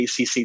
ACC